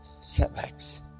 setbacks